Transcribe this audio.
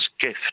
gift